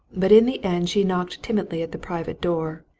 but in the end she knocked timidly at the private door.